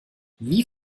wie